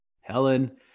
Helen